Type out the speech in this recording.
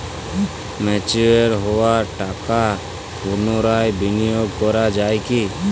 Mature হওয়া টাকা পুনরায় বিনিয়োগ করা য়ায় কি?